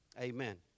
amen